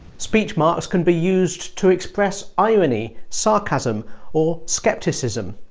speech marks can be used to express irony, sarcasm or scepticism.